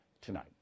tonight